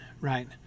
right